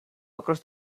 across